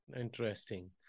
Interesting